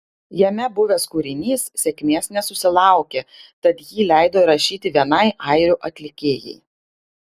jame buvęs kūrinys sėkmės nesusilaukė tad jį leido įrašyti vienai airių atlikėjai